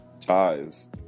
ties